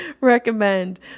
recommend